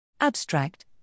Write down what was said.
Abstract